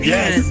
Yes